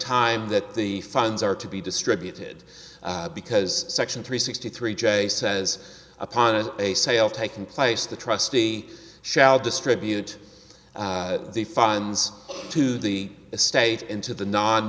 time that the funds are to be distributed because section three sixty three j says upon a sale taking place the trustee shall distribute the funds to the estate into the non